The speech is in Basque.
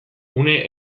une